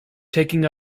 taking